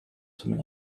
swimming